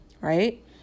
right